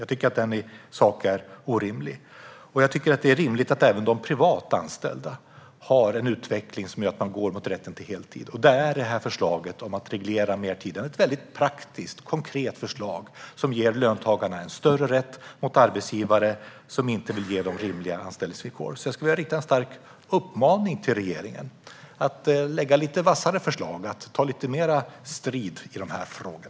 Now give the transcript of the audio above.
Jag tycker att den är orimlig i sak. Jag tycker att det är rimligt att även de privat anställda har en utveckling som gör att de går mot rätten till heltid, och då är förslaget om att reglera mer tid ett praktiskt och konkret förslag som ger löntagarna större rätt mot arbetsgivare som inte vill ge dem rimliga anställningsvillkor. Jag vill rikta en stark uppmaning till regeringen att lägga fram lite vassare förslag och ta lite mer strid i dessa frågor.